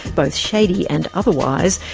both shady and otherwise,